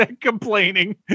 Complaining